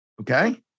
okay